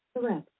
Correct